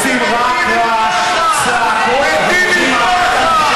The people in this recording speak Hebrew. עושים רק רעש, מתים מפחד.